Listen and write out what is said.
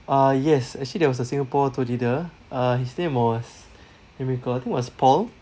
uh yes actually there was a singapore tour leader uh his name was let me call I think it was paul